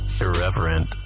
irreverent